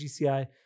GCI